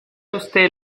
usted